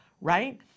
right